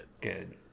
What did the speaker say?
good